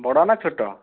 ବଡ଼ ନା ଛୋଟ